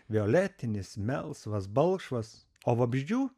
violetinis melsvas balkšvas o vabzdžių